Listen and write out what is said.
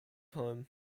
home